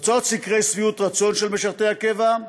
תוצאות סקרי שביעות רצון של משרתי הקבע,